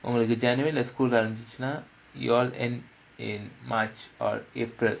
உங்களுக்கு:ungalukku january leh தொறந்துச்சுனா:thoranthuchunaa ya'll end in march or april